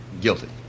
guilty